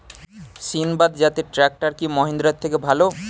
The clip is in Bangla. সিণবাদ জাতের ট্রাকটার কি মহিন্দ্রার থেকে ভালো?